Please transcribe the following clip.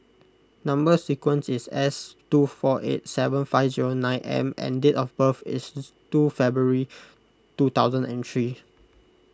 Number Sequence is S two four eight seven five zero nine M and date of birth is is two February two thousand and three